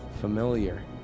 familiar